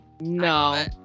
No